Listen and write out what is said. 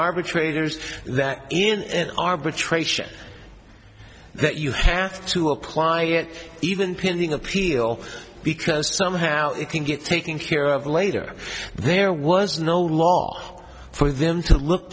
arbitrators that in arbitration that you have to apply even pending appeal because somehow it can get taken care of later there was no law for them to look